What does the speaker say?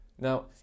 Now